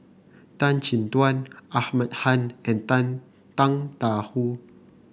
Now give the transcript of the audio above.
Tan Chin Tuan Ahmad Khan and Tang Tang Da Wu